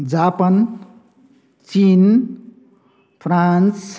Japan चिन France